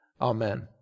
Amen